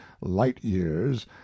light-years